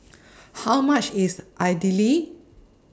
How much IS Idili